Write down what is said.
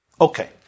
Okay